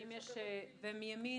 ומימין,